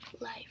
Life